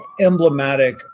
emblematic